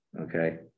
okay